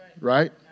right